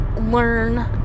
learn